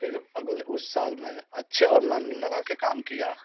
फिर अगले उस साल मैं अच्छे और मन लगा कर काम किया